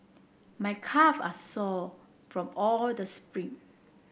my calve are sore from all the sprint